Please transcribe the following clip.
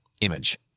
Image